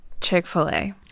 chick-fil-a